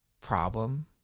problem